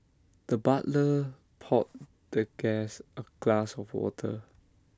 the butler poured the guest A glass of water